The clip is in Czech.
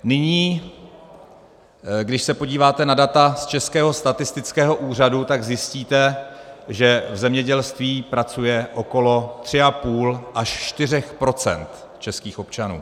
Nyní, když se podíváte na data z Českého statistického úřadu, tak zjistíte, že v zemědělství pracuje okolo 3,5 4 % českých občanů.